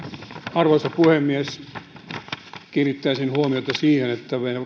arvoisa puhemies kiinnittäisin huomiota siihen että